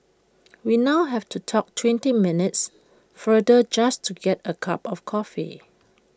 we now have to talk twenty minutes farther just to get A cup of coffee